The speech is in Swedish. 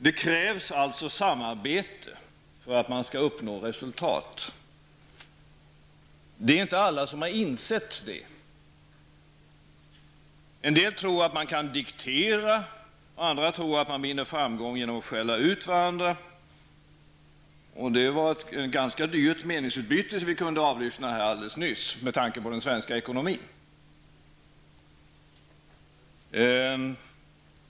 Det krävs alltså samarbete för att man skall uppnå resultat. Det är inte alla som har insett det. En del tror att man kan diktera, andra tror att man vinner framgång genom att skälla ut varandra. Det var ett, med tanke på den svenska ekonomin, ganska dyrt meningsutbyte vi fick avlyssna alldeles nyss.